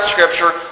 Scripture